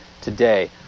today